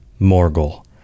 Morgul